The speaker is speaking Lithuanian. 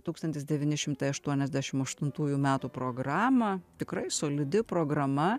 tūkstantis devyni šimtai aštuoniasdešimt aštuntųjų metų programą tikrai solidi programa